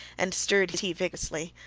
and stirred his tea vigorously.